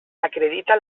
acredita